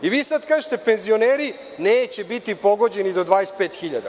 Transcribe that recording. I vi sada kažete – penzioneri neće biti pogođeni do 25.000.